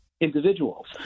individuals